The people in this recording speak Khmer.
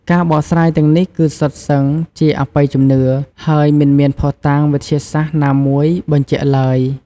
ការបកស្រាយទាំងនេះគឺសុទ្ធសឹងជាអបិយជំនឿ ហើយមិនមានភស្តុតាងវិទ្យាសាស្ត្រណាមួយបញ្ជាក់ឡើយ។